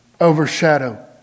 overshadow